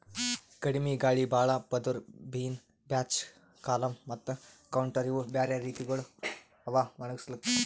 ಕಡಿಮಿ ಗಾಳಿ, ಭಾಳ ಪದುರ್, ಬಿನ್ ಬ್ಯಾಚ್, ಕಾಲಮ್ ಮತ್ತ ಕೌಂಟರ್ ಇವು ಬ್ಯಾರೆ ರೀತಿಗೊಳ್ ಅವಾ ಒಣುಗುಸ್ಲುಕ್